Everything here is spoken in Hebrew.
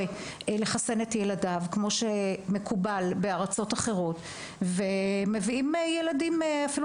לחסן את ילדיו כמו שמקובל בארצות אחרות ומביעים ילדים אפילו